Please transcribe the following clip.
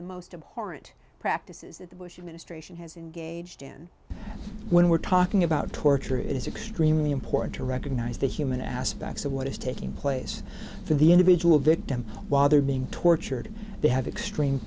the most important practices that the bush administration has engaged in when we're talking about torture is extremely important to recognize the human aspects of what is taking place for the individual victim while they're being tortured they have extreme